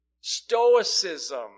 Stoicism